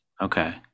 Okay